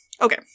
Okay